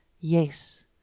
Yes